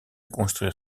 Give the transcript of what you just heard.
construire